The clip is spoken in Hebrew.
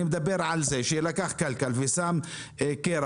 אני מדבר על כך שהוא לקח קלקר ושם קרח,